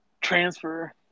transfer